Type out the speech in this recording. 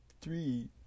Three